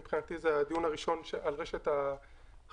זה הדיון הראשון על רשת החלוקה.